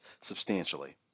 substantially